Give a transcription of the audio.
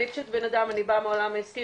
אני בנאדם שבאה מעולם העסקי,